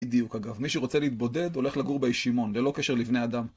בדיוק אגב, מי שרוצה להתבודד הולך לגור בישימון, ללא קשר לבני אדם.